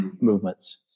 movements